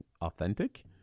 authentic